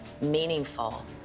meaningful